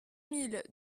mille